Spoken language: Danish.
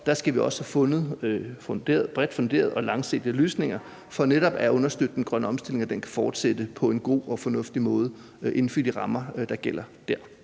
for, skal vi også have fundet bredt funderede og langsigtede løsninger for netop at understøtte, at den grønne omstilling kan fortsætte på en god og fornuftig måde inden for de rammer, der gælder der.